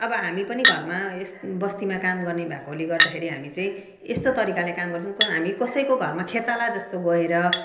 अब हामी पनि घरमा यस बस्तीमा काम गर्ने भएकोले गर्दाखेरि हामी चाहिँ यस्तो तरिकाले काम गर्छौँ क हामी कसैको घरमा खेताला जस्तो गएर